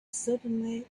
suddenly